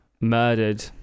murdered